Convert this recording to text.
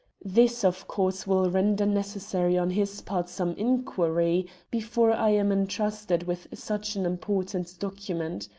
this, of course, will render necessary on his part some inquiry before i am entrusted with such an important document.